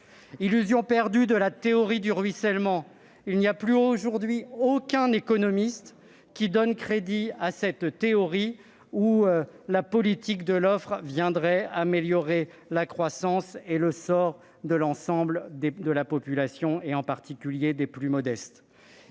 Illusion perdue de la théorie du ruissellement : il n'y a plus aujourd'hui aucun économiste pour donner crédit à cette théorie selon laquelle la politique de l'offre viendrait améliorer la croissance et le sort de l'ensemble de la population, en particulier les plus modestes.